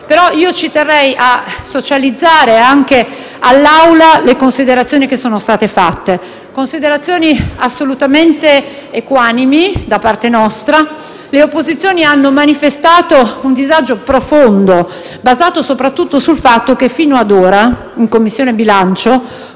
però io ci terrei a condividere con l'Assemblea le considerazioni che sono state fatte, considerazioni assolutamente equanimi da parte nostra. Le opposizioni hanno manifestato un disagio profondo, basato soprattutto sul fatto che fino ad ora la Commissione bilancio